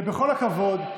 ובכל הכבוד,